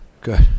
Good